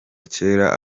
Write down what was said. kera